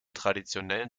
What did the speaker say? traditionellen